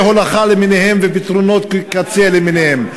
הולכה למיניהם ופתרונות קצה למיניהם.